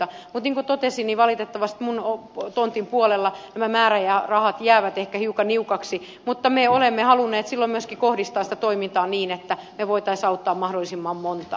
mutta niin kuin totesin valitettavasti minun tonttini puolella nämä määrärahat jäävät ehkä hiukan niukaksi mutta me olemme halunneet silloin myöskin kohdistaa sitä toimintaa niin että me voisimme auttaa mahdollisimman montaa